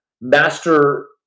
master